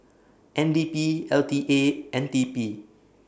N D P L T A and T P